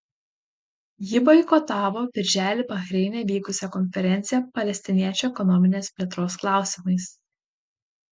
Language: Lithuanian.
ji boikotavo birželį bahreine vykusią konferenciją palestiniečių ekonominės plėtros klausimais